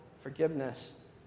forgiveness